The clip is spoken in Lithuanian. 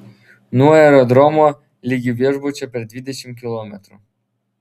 nuo aerodromo ligi viešbučio per dvidešimt kilometrų